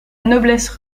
noblesse